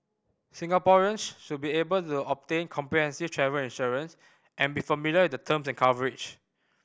Singaporeans should be able to obtain comprehensive travel insurance and be familiar with the terms and coverage